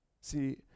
See